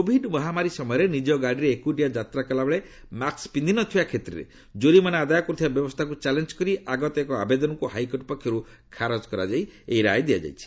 Covid ମହାମାରୀ ସମୟରେ ନିଜ ଗାଡ଼ିରେ ଏକୁଟିଆ ଯାତ୍ରା କଲାବେଳେ ମାସ୍କ ପିନ୍ଧିନଥିବା କ୍ଷେତ୍ରରେ ଜୋରିମାନା ଆଦାୟ କରୁଥିବା ବ୍ୟବସ୍ଥାକୁ ଚ୍ୟାଲେଞ୍ଜକୁ ଆଗତ ଏକ ଆବେଦନକୁ ହାଇକୋର୍ଟ ପକ୍ଷରୁ ଖାରଜ କରାଯାଇ ଏହି ରାୟ ଦିଆଯାଇଛି